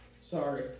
sorry